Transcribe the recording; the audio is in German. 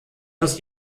das